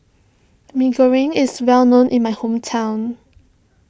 Mee Goreng is well known in my hometown